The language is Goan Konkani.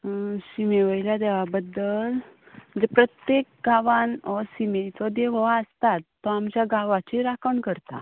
शिमे वयल्या देवा बद्दल म्हणजे प्रत्येक गांवान हो सिमेचो देव हो आसतात तो आमच्या गांवाची राखण करता